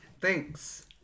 Thanks